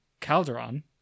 calderon